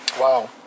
Wow